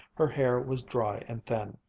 her hair was dry and thin,